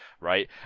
right